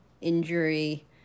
injury